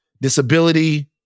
disability